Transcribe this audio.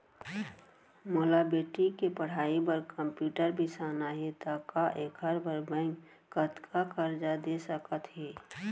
मोला बेटी के पढ़ई बार कम्प्यूटर बिसाना हे त का एखर बर बैंक कतका करजा दे सकत हे?